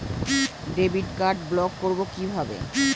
Debit card block করব কিভাবে?